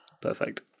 Perfect